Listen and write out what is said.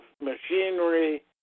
machinery